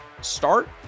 start